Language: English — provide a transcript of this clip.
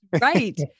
Right